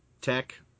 tech